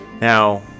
Now